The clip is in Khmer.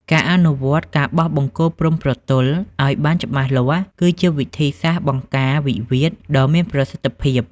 ការអនុវត្ត "ការបោះបង្គោលព្រំប្រទល់" ឱ្យបានច្បាស់លាស់ គឺជាវិធីសាស្ត្របង្ការវិវាទដ៏មានប្រសិទ្ធភាព។